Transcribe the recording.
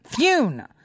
Fune